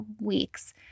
weeks